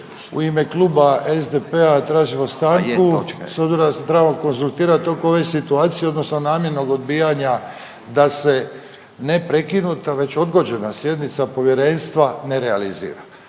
u ime kluba SDP-a tražimo stanku s obzirom da se trebamo konzultirati oko ove situacije, odnosno namjernog odbijanja da se ne prekinuta, već odgođena sjednica povjerenstva ne realizira.